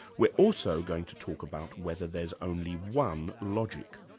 we're also going to talk about whether there's only one logic.